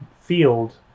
field